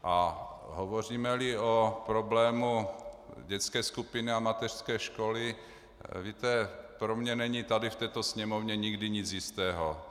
A hovořímeli o problému dětské skupiny a mateřské školy, víte, pro mě není tady v této Sněmovně nikdy nic jistého.